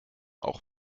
auch